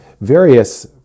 various